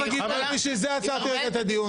בשביל זה עצרתי רגע את הדיון.